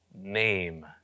Name